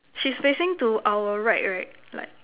she's facing to our right right like